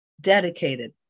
dedicated